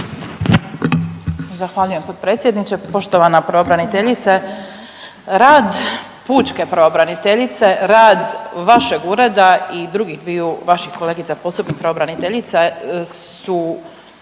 Zahvaljujem potpredsjedniče. Poštovana pravobraniteljice, rad pučke pravobraniteljice, rad vašeg ureda i drugih dviju vaših kolegica posebno pravobraniteljica su